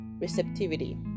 receptivity